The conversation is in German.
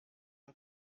und